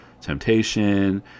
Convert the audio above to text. temptation